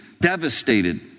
devastated